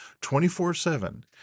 24-7—